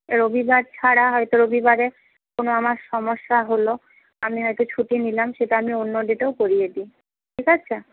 রবিবার ছাড়া হয়তো রবিবারে কোনো আমার সমস্যা হল আমি হয়তো ছুটি নিলাম সেটা আমি অন্য ডেটেও করিয়ে দিই ঠিক আছে